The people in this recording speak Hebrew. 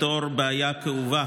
לפתור בעיה כאובה